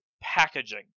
packaging